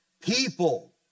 people